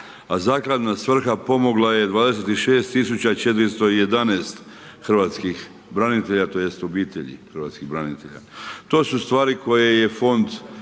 a zakladna svrha pomogla je 26411 hrvatskih branitelja tj. obitelji hrvatskih branitelja. To su stvari koje je Fond